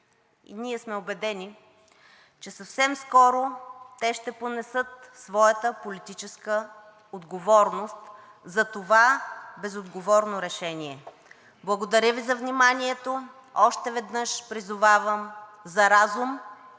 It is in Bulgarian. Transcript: Ние сме убедени, че съвсем скоро те ще понесат своята политическа отговорност за това безотговорно решение. Благодаря Ви за вниманието. Още веднъж призовавам за разум